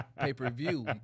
pay-per-view